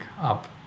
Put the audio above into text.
up